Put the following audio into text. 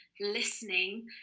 listening